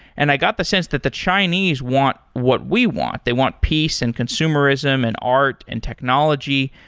and i got the sense that the chinese want what we want. they want peace and consumerism and art and technology,